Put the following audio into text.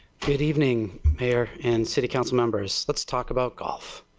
good evening. mayor and city council members. let's talking about golf.